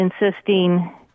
insisting